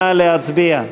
נא להצביע.